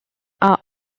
are